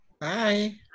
Bye